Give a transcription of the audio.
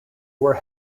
were